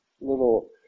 little